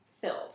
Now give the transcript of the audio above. filled